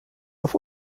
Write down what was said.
auf